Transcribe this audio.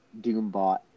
Doombot